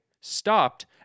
stopped